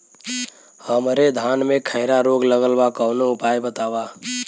हमरे धान में खैरा रोग लगल बा कवनो उपाय बतावा?